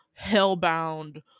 hellbound